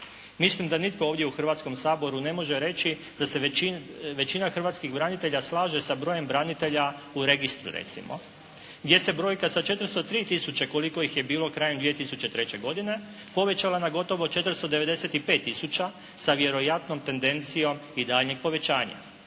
Mislim da nitko ovdje u Hrvatskom saboru ne može reći da se većina hrvatskih branitelja slaže sa brojem branitelja u registru, recimo gdje se brojka sa 403000 koliko ih je bilo krajem 2003. godine povećala na gotovo 495000 sa vjerojatnom tendencijom i daljnjeg povećanja.